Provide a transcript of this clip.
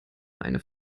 eine